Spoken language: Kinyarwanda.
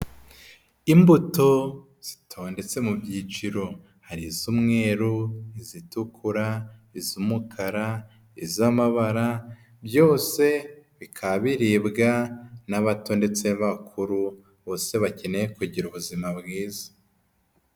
Imbuto zitondetse mu byiciro hari iz'umweru, izitukura, iz'umukara, iz'amabara byose bikaba biribwa n'abato ndetse n'abakuru bose bakeneye kugira ubuzima bwiza.